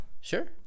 Sure